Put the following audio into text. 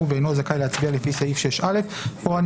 "ואינו זכאי להצביע לפי סעיף 6א"." פה,